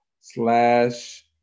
slash